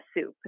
soup